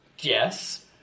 Yes